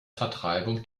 vertreibung